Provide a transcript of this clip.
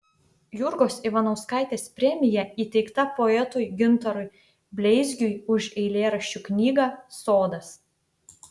jurgos ivanauskaitės premija įteikta poetui gintarui bleizgiui už eilėraščių knygą sodas